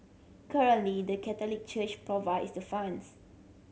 currently the Catholic Church provides the funds